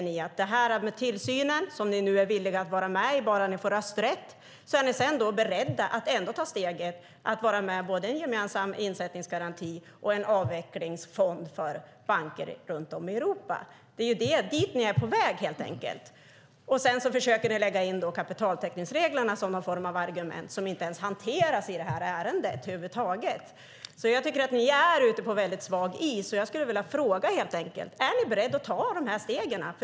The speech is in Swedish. Vad gäller tillsynen är ni villiga att vara med på den bara ni får rösträtt, och ni är beredda att ta steget att både vara med på en gemensam insättningsgaranti och en avvecklingsfond för banker runt om i Europa. Det är dit ni är på väg helt enkelt. Sedan försöker ni lägga in kapitaltäckningsreglerna som någon form av argument, något som över huvud taget inte hanteras i detta ärende. Jag tycker att ni är ute på svag is och skulle därför vilja fråga: Är ni beredda att ta dessa steg?